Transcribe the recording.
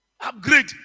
Upgrade